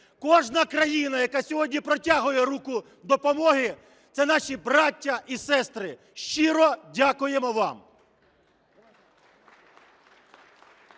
Кожна країна, яка сьогодні протягує руку допомоги – це наші браття і сестри. Щиро дякуємо вам!